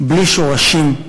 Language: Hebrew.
בלי שורשים,